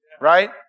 right